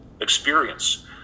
experience